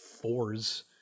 fours